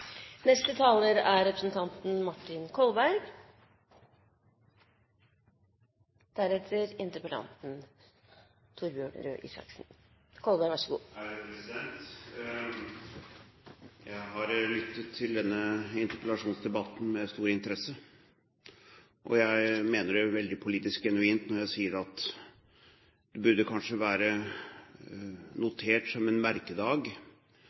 Jeg har lyttet til denne interpellasjonsdebatten med stor interesse, og jeg mener det veldig politisk genuint når jeg sier at det burde kanskje vært notert som en merkedag